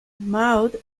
maud